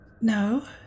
No